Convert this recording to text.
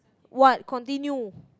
what continue